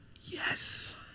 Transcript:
yes